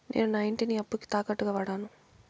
నేను నా ఇంటిని అప్పుకి తాకట్టుగా వాడాను